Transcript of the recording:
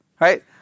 Right